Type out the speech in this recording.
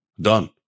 done